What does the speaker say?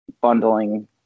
bundling